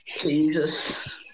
Jesus